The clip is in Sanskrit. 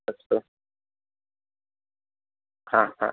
अस्तु हा हा